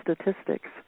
statistics